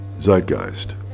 Zeitgeist